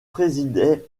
présidait